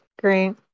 great